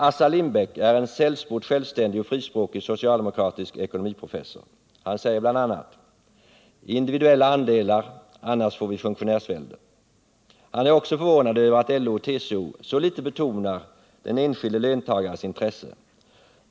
Assar Lindbeck är en sällsport självständig och frispråkig socialdemokratisk ekonomiprofessor. Han säger bl.a.: ”Individuella andelar — annars får vi funktionärsvälde.” Han är också förvånad över att LO och TCO så litet betonar den enskilde löntagarens intresse.